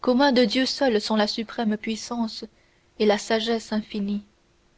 qu'aux mains de dieu seul sont la suprême puissance et la sagesse infinie